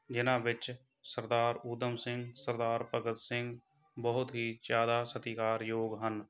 ਜਿਹਨਾਂ ਵਿੱਚ ਸਰਦਾਰ ਊਧਮ ਸਿੰਘ ਸਰਦਾਰ ਭਗਤ ਸਿੰਘ ਬਹੁਤ ਹੀ ਜ਼ਿਆਦਾ ਸਤਿਕਾਰਯੋਗ ਹਨ